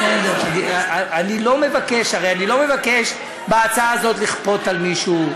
אני הרי לא מבקש בהצעה הזאת לכפות על מישהו.